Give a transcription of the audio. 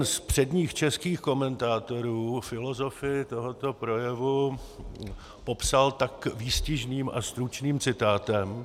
Jeden z předních českých komentátorů filozofii tohoto projevu popsal tak výstižným a stručným citátem...